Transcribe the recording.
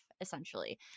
essentially